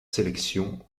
sélection